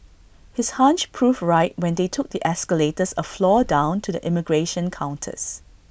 his hunch proved right when they took the escalators A floor down to the immigration counters